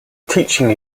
teaching